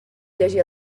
llegir